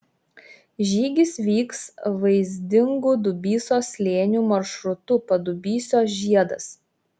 žygis vyks vaizdingu dubysos slėniu maršrutu padubysio žiedas